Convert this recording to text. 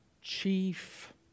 chief